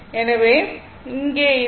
எனவே இங்கே இது 1 cos 2 ω t 2